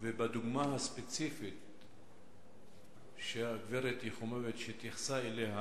ובדוגמה הספציפית שהגברת יחימוביץ התייחסה אליה